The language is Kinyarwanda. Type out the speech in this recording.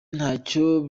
ntacyo